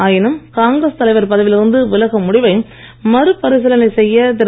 ஆயினும் காங்கிரஸ் தலைவர் பதவியில் இருந்து விலகும் முடிவை மறு பரிசீலனை செய்ய திரு